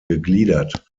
gegliedert